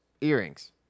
earrings